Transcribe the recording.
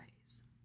ways